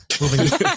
Moving